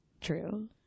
true